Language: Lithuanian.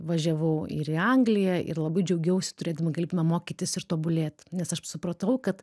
važiavau ir į angliją ir labai džiaugiausi turėdama galėdama mokytis ir tobulėt nes aš supratau kad